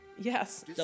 Yes